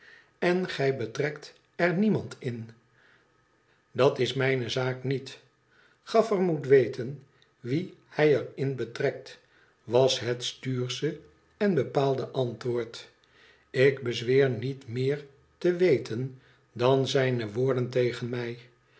en gij betrekt er niemand in dat is mijne zaak niet gaffer moet weten wien hij erin betrekt was het stuursche en bepaalde antwoord tik bezweer niet meer te veten dan zijne woorden tegen mij